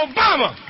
Obama